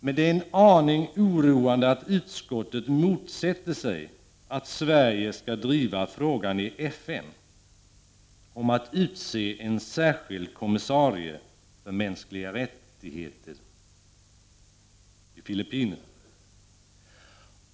Det är dock en aning oroande att utskottet motsätter sig att Sverige i FN skall driva frågan om att utse en särskild kommissarie för mänskliga rättigheter för Filippinerna.